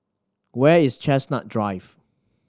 where is Chestnut Drive